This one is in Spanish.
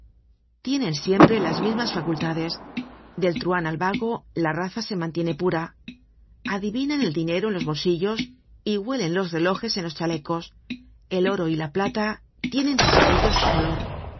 tienen siempre las mismas facultades del truan al vago la raza se mantiene pura adivinan el dinero en los bolsillos y huelen los relojes en los chalecos el oro y la plata tienen para ellos olor